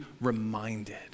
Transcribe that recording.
reminded